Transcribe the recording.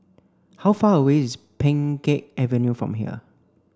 how far away is Pheng Geck Avenue from here